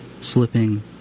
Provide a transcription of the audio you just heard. slipping